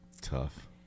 tough